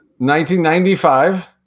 1995